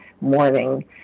morning